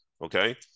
okay